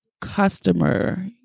customer